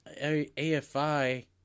AFI